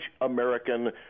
American